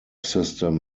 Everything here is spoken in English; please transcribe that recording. system